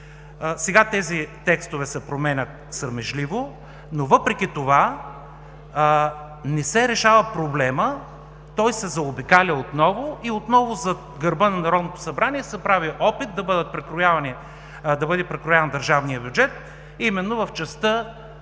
Сега тези текстове се променят срамежливо, но въпреки това проблемът не се решава, отново се заобикаля и отново зад гърба на Народно събрание се прави опит да бъде прекрояван държавният бюджет именно в частта